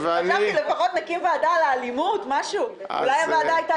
חשבתי שלפחות נקים ועדה על האלימות שאולי הייתה